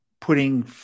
putting